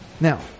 Now